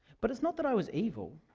but it's not that i was evil